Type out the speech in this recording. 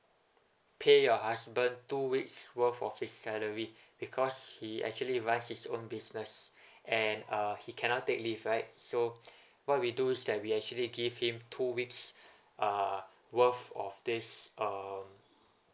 pay your husband two weeks worth of his salary because he actually runs his own business and uh he cannot take leave right so what we do is that we actually give him two weeks uh worth of this um